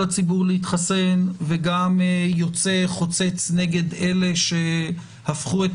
להתחסן וגם יוצא חוצץ נגד אלה שהפכו את